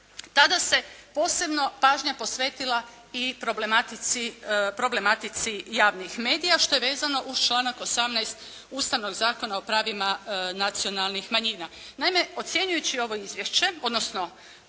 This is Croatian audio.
tada se posebno pažnja posvetila i problematici javnih medija što je vezano uz članak 18. Ustavnog zakona o pravima nacionalnih manjina.